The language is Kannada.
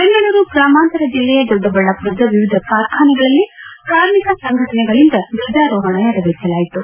ಬೆಂಗಳೂರು ಗ್ರಾಮಾಂತರ ಜಿಲ್ಲೆಯ ದೊಡ್ಡಬಳ್ಳಾಪುರದ ವಿವಿಧ ಕಾರ್ಖಾನೆಗಳಲ್ಲಿ ಕಾರ್ಮಿಕ ಸಂಘಟನೆಗಳಂದ ದ್ವಜಾರೋಹಣ ನೆರವೇರಿಸಲಾಯಿತು